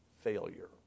failure